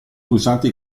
pulsanti